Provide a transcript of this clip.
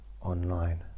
online